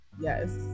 Yes